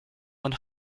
and